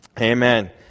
Amen